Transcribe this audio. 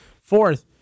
Fourth